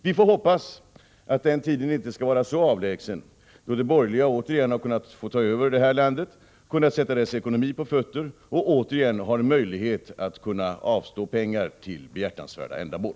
Vi får hoppas att den tiden inte är avlägsen då de borgerliga återigen får ta över här i landet, sätter dess ekonomi på fötter och återigen får möjlighet att avstå pengar till behjärtansvärda ändamål.